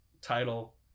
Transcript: title